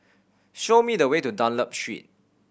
show me the way to Dunlop Street